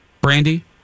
Brandy